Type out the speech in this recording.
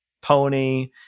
Pony